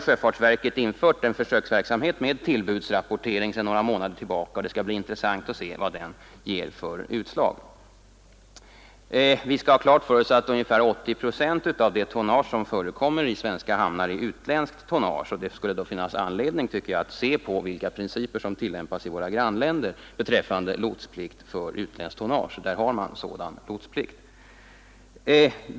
Sjöfartsverket har infört en försöksverksamhet med tillbudsrapportering sedan några månader tillbaka, och det skall bli intressant att se vad den ger för utslag. Vi skall ha klart för oss att ungefär 80 procent av det tonnage som förekommer i svenska hamnar är utländskt. Det finns anledning, tycker jag, att erinra om vilka principer för utländskt tonnage som tillämpas i våra grannländer — där har man lotsplikt för detta.